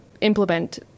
implement